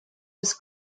bis